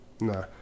No